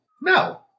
No